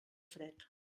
fred